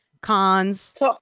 cons